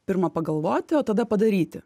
pirma pagalvoti o tada padaryti